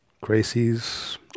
Gracie's